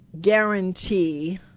guarantee